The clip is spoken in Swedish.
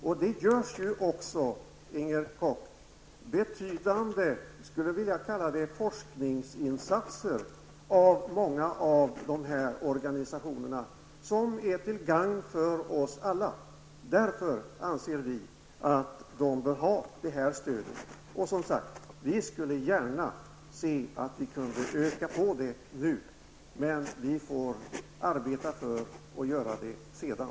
Och det görs ju också, Inger Koch, av dessa organisationer betydande jag skulle vilja kalla det forskningsinsatser, som är till gagn för oss alla. Därför anser vi att de bör ha detta stöd. Vi skulle som sagt gärna se att vi kunde öka anslaget nu. Men vi får arbeta för att göra det sedan.